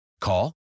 Call